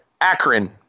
Akron